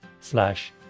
slash